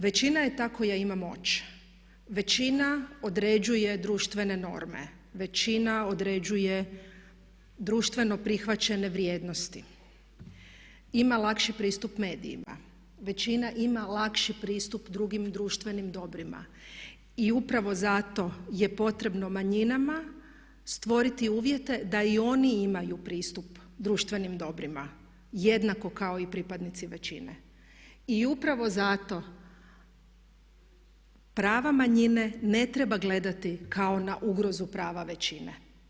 Većina je ta koja ima moć, većina određuje društvene norme, većina određuje društveno prihvaćene vrijednosti, ima lakši pristup medijima, većina ima lakši pristup drugim društvenim dobrima i upravo zato je potrebno manjinama stvoriti uvjete da i oni imaju pristup društvenim dobrima jednako kao i pripadnici većine i upravo zato prava manjine ne treba gledati kao na ugrozu prava većine.